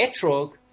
etrog